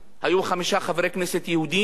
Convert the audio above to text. היו חמישה חברי כנסת יהודים,